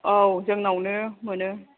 औ जोंनावनो मोनो